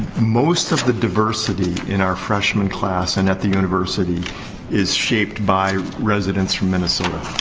most of the diversity in our freshmen class and at the university is shaped by residents from minnesota.